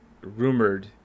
rumored